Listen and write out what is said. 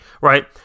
right